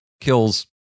kills